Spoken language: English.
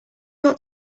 got